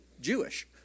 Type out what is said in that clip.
Jewish